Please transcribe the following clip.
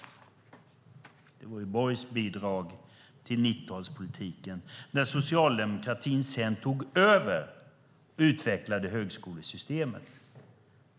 Det var Borgs bidrag till 90-talspolitiken. När socialdemokratin sedan tog över utvecklade vi högskolesystemet.